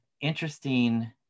interesting